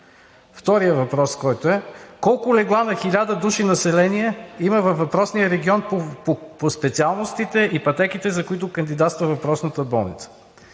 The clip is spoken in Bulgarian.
Вторият въпрос е: колко легла на 1000 души население има във въпросния регион по специалностите и пътеките, за които кандидатства въпросната болница?